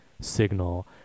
signal